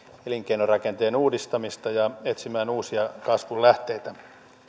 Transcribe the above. elinkeinorakenteen uudistamista ja etsimään uusia kasvun lähteitä